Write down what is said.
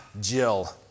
Jill